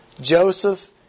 Joseph